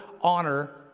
honor